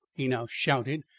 he now shouted,